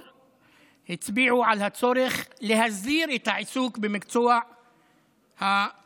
הצביעו על הצורך להסדיר את העיסוק במקצוע פרמדיק